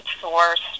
source